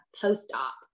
post-op